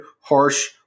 harsh